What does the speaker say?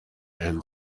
and